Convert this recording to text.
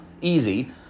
easy